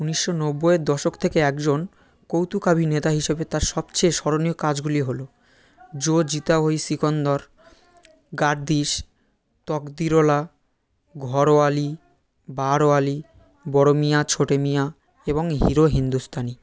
উনিশশো নব্বইয়ের দশক থেকে একজন কৌতুকাভিনেতা হিসেবে তাঁর সবচেয়ে স্মরণীয় কাজগুলি হলো জো জিতা ওহি সিকন্দর গার্দিশ তকদিরওলা ঘরওয়ালি বাহারওয়ালি বড়ো মিয়াঁ ছোটে মিয়াঁ এবং হিরো হিন্দুস্তানি